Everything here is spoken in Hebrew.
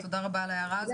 תודה רבה על ההערה הזו.